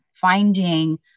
finding